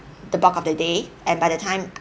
the bulk of the day and by the time